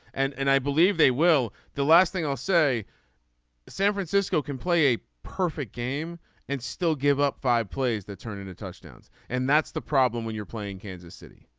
and and i believe they will. the last thing i'll say san francisco can play a perfect game and still give up five plays that turn into touchdowns and that's the problem when you're playing kansas city.